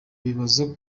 bibaza